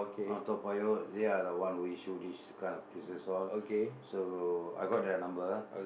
uh Toa-Payoh they are the one who issue this kind of places all so I got their number